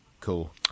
Cool